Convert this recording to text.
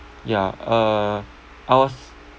yeah uh I was